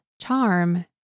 charm